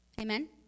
Amen